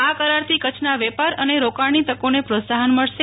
આ કરારથી કચ્છના વેપાર અને રોકાણની તકોને પ્રોત્સાહન મળશે